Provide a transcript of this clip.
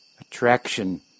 attraction